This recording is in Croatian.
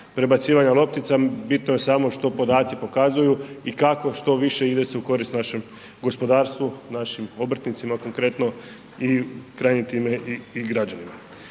prebacivanja loptica, bitno je samo što podaci pokazuju i kako što više se ide u korist našem gospodarstvu, našim obrtnicima konkretno i krajnjim time i građanima.